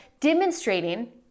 demonstrating